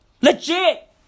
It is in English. Legit